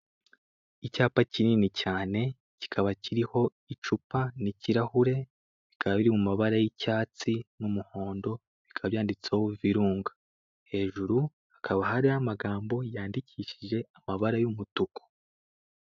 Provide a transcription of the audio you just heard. Icyapa kinini cyane kikaba kiriho icupa n'ikirahure, bikaba biri mu mabara y'icyatsi n'umuhondo bikaba byanditseho virunga. Hejuru hakaba hariho amagambo yandikishije amabara y'umutuku.